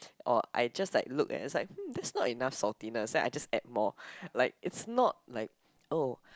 or I just like look and it's like hmm that's not enough saltiness then I just add more like it's not like oh